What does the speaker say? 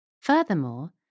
Furthermore